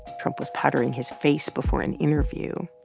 trump was powdering his face before an interview.